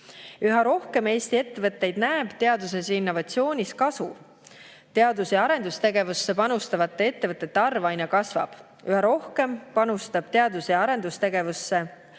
Üha rohkem Eesti ettevõtteid näeb teaduses ja innovatsioonis kasu. Teadus- ja arendustegevusse panustavate ettevõtete arv aina kasvab. Üha rohkem panustab teadus- ja arendustegevusse